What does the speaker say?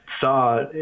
saw